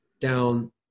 down